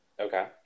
Okay